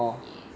ya